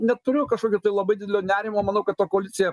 neturiu kažkokio tai labai didelio nerimo manau kad ta koalicija